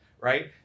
right